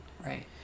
Right